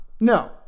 no